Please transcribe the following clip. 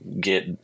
get